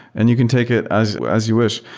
and you can take it as as you wish,